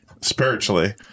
spiritually